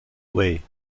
way